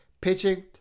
pitching